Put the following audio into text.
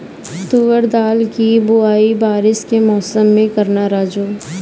तुवर दाल की बुआई बारिश के मौसम में करना राजू